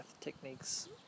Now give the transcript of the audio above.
techniques